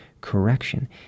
correction